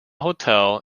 hotel